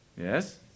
Yes